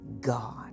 God